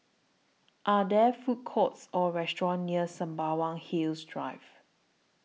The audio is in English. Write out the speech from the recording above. Are There Food Courts Or restaurants near Sembawang Hills Drive